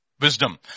Wisdom